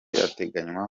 ategekanywa